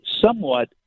somewhat